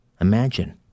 Imagine